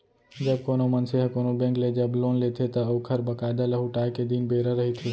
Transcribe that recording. जब कोनो मनसे ह कोनो बेंक ले जब लोन लेथे त ओखर बकायदा लहुटाय के दिन बेरा रहिथे